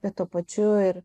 bet tuo pačiu ir